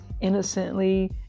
innocently